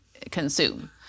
consume